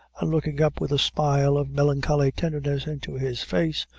and looking up with a smile of melancholy tenderness into his face,